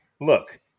Look